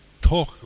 talk